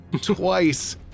twice